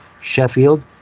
Sheffield